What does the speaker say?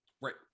right